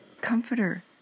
comforter